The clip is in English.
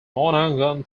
monaghan